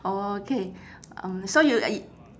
oh okay um so you